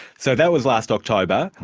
so that was last october.